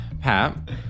Pat